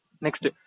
Next